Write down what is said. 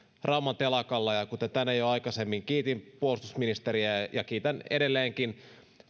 rauman telakalla tänään jo aikaisemmin kiitin puolustusministeriä ja kiitän edelleenkin